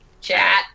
chat